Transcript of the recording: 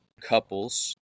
couples